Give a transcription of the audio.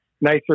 nicer